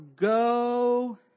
go